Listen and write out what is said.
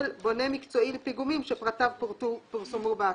בונה מקצועי לפיגומים שפרטיו פורסמו באתר."